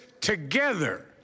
together